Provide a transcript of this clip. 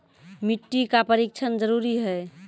मिट्टी का परिक्षण जरुरी है?